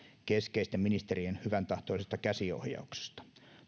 keskeisten ministerien hyväntahtoisesta käsiohjauksesta